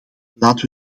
laten